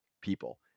people